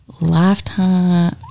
Lifetime